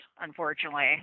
unfortunately